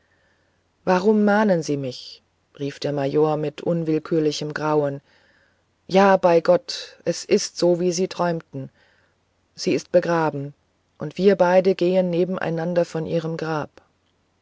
warum mahnen sie mich rief der major mit unwillkürlichem grauen ja bei gott es ist so wie sie träumten sie ist begraben und wir beide gehen nebeneinander von ihrem grab